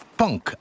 punk